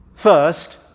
First